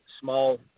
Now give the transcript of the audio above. small